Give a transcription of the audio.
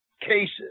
cases